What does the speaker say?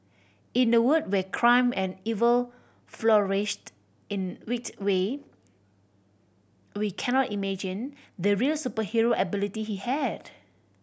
in a world where crime and evil flourished in wicked way we cannot imagine the real superhero ability he had